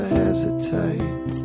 hesitate